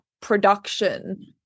production